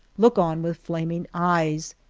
look on with flaming eyes,